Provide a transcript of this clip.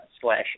slash